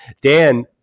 Dan